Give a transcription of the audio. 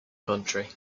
country